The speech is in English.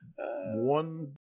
one